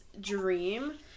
dream